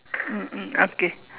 mm mm okay